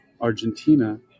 Argentina